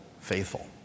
faithful